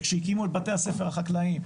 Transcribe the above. וכשהקימו את בתי הספר החקלאיים,